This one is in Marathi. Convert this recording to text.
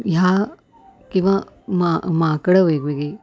ह्या किंवा मा माकडं वेगवेगळी